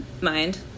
mind